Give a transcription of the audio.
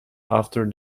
after